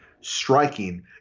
striking